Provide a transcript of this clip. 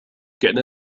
كان